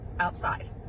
Outside